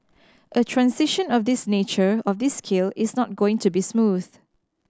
a transition of this nature of this scale is not going to be smooth